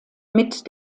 mit